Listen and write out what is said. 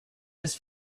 his